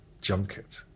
junket